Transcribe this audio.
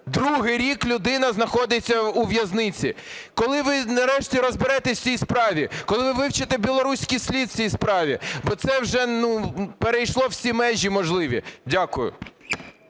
Другий рік людина знаходиться у в'язниці. Коли ви нарешті розберетесь у цій справі? Коли ви вивчите "білоруський слід" у цій справі? Бо це вже перейшло всі межі можливі. Дякую.